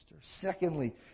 Secondly